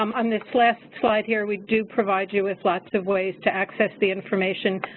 um on this last slide here, we do provide you with lots of ways to access the information.